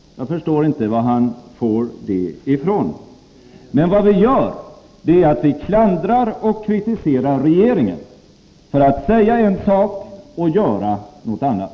Jag förstår inte var han fått det ifrån. Vad vi gör är att vi klandrar och kritiserar regeringen för att säga en sak och göra något annat.